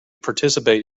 participate